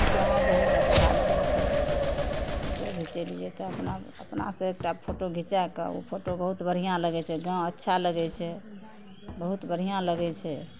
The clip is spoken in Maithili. गाम बहुत अच्छा लगै छै फोटो घिचेलिए तऽ अपना अपनासे एकटा फोटो घिचैके ओ फोटो बहुत बढ़िआँ लगै छै गाम अच्छा लगै छै बहुत बढ़िआँ लगै छै